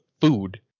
food